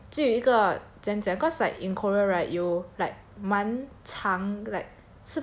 然后就有一个怎样讲 cause like in korea right you like 满长 like